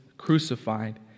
crucified